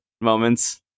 moments